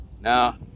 Now